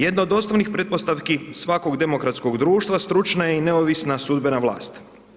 Jedna od osnovnih pretpostavki svakog demokratskog društva stručna je i neovisna sudbena vlast.